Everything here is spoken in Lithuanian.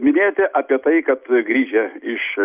minėjote apie tai kad grįžę iš